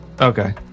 Okay